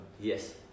Yes